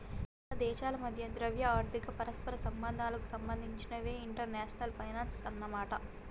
ఎక్కువ దేశాల మధ్య ద్రవ్య ఆర్థిక పరస్పర సంబంధాలకు సంబంధించినదే ఇంటర్నేషనల్ ఫైనాన్సు అన్నమాట